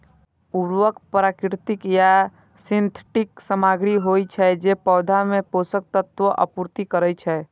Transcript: उर्वरक प्राकृतिक या सिंथेटिक सामग्री होइ छै, जे पौधा मे पोषक तत्वक आपूर्ति करै छै